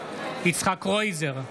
יצחק קרויזר,